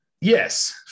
Yes